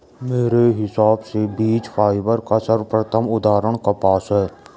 मेरे हिसाब से बीज फाइबर का सर्वोत्तम उदाहरण कपास है